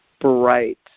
bright